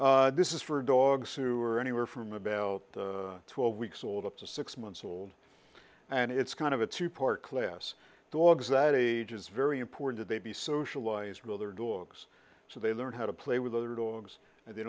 k this is for dogs who are anywhere from about twelve weeks old up to six months old and it's kind of a two part class dogs that age is very important they be socialized with their dogs so they learn how to play with other dogs and they